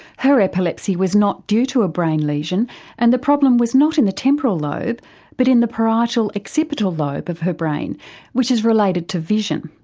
her epilepsy was not due to a brain lesion and the problem was not in the temporal lobe but in the parietal parietal occipital lobe of her brain which is related to vision.